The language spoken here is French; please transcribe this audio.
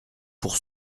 pour